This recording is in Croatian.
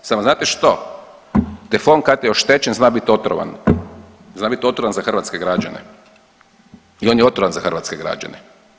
Samo znate što teflon kad je oštećen zna bit otrovan, zna bit otrovan za hrvatske građane i on je otrovan za hrvatske građane.